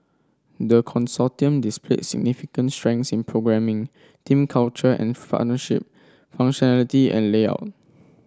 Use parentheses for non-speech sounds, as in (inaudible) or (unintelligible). the Consortium displayed significant strengths in programming team culture and (unintelligible) functionality and layout